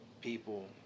people